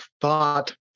thought